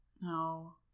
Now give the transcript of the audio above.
No